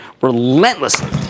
relentlessly